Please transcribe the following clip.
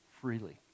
freely